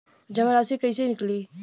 जमा राशि कइसे निकली?